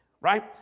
right